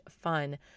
fun